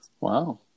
Wow